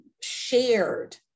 shared